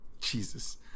Jesus